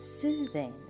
soothing